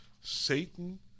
Satan